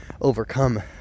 overcome